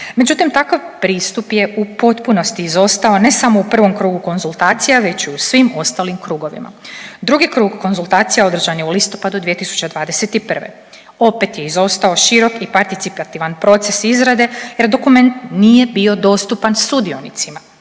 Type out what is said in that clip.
Međutim, takav pristup je u potpunosti izostao ne samo u prvom krugu konzultacija, već u svim ostalim krugovima. Drugi krug konzultacija održan je u listopadu 2021. Opet je izostao širok i participativan proces izrade jer dokument nije bio dostupan sudionicima.